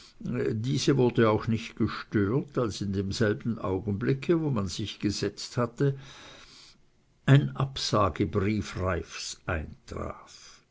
diese wurd auch nicht gestört als in demselben augenblicke wo man sich gesetzt hatte ein absagebrief reiffs eintraf